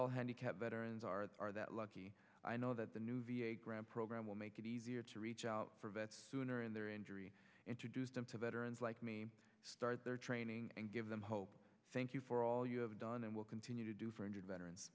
all handicapped veterans are are that lucky i know that the new v a grant program will make it easier to reach out for vets sooner and their injury introduce them to veterans like me start their training and give them hope thank you for all you have done and will continue to do for injured veterans